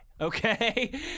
okay